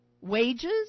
wages